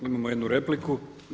Imamo jednu repliku.